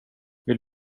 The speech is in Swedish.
vill